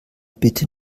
bitte